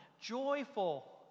joyful